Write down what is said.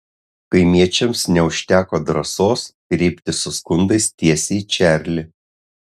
kaimiečiams neužteko drąsos kreiptis su skundais tiesiai į čarlį